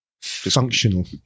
Functional